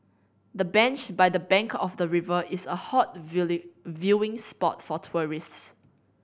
the bench by the bank of the river is a hot viewing spot for tourists